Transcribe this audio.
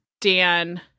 Dan